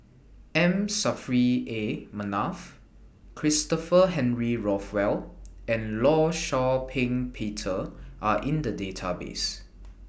M Saffri A Manaf Christopher Henry Rothwell and law Shau Ping Peter Are in The Database